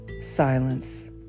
silence